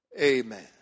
amen